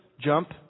Jump